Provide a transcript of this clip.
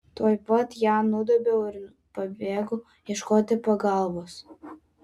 tuoj pat ją nudobiau ir nubėgau ieškoti pagalbos